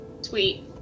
Sweet